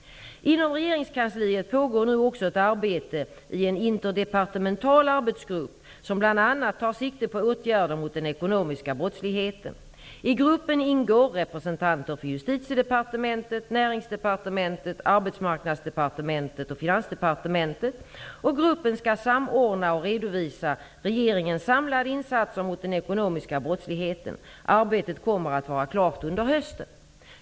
Inom regeringskansliet pågår nu också ett arbete i en interdepartemental arbetsgrupp som bl.a. tar sikte på åtgärder mot den ekonomiska brottsligheten. I gruppen ingår representanter för Finansdepartementet. Gruppen skall samordna och redovisa regeringens samlade insatser mot den ekonomiska brottsligheten. Arbetet kommer att vara klart under hösten.